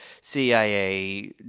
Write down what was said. CIA